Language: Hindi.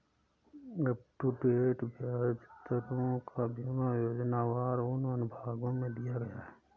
अपटूडेट ब्याज दरों का विवरण योजनावार उन अनुभागों में दिया गया है